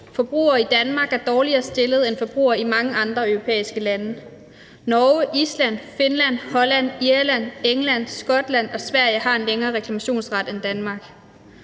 Forbrugere i Danmark er dårligere stillet end forbrugere i mange andre europæiske lande. Norge, Island, Finland, Holland, Irland, England, Skotland og Sverige har en længere reklamationsret end Danmark.